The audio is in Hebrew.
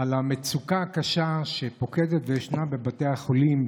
אני מודאג מהמצוקה הקשה שפוקדת את בתי החולים,